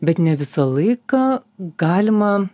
bet ne visą laiką galima